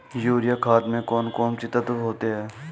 Urea खाद में कौन कौन से तत्व होते हैं?